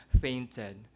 fainted